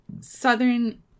Southern